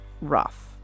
rough